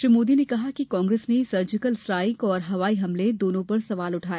श्री मोदी ने कहा कि कांग्रेस ने सर्जिकल स्ट्राइक और हवाई हमले दोनों पर सवाल उठाए